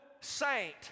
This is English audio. saint